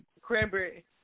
cranberry